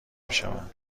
میشوند